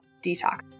detox